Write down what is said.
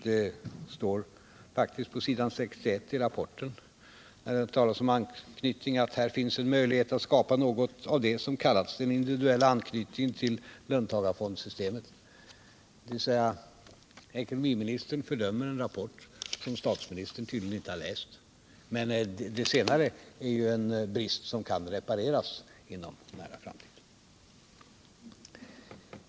Men på s. 61 i rapporten talas faktiskt om anknytning. Det heter att här finns en möjlighet att skapa något av det som kallas individuell anknytning till löntagarfondssystemet. Ekonomiministern fördömer alltså en rapport som statsministern tydligen inte har läst. Men det senare är ju en brist som kan repareras inom en nära framtid.